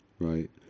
Right